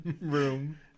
room